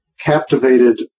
captivated